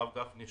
הרב גפני,